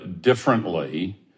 differently